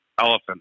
elephant